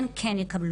הן כן יקבלו.